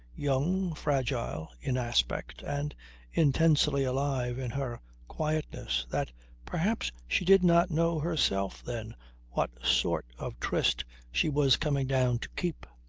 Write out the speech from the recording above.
young, fragile in aspect, and intensely alive in her quietness, that perhaps she did not know herself then what sort of tryst she was coming down to keep.